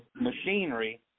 machinery